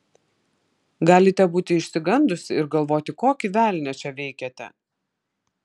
galite būti išsigandusi ir galvoti kokį velnią čia veikiate